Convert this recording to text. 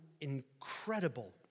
incredible